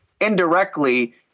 indirectly